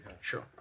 Sure